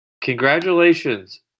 Congratulations